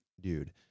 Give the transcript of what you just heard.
dude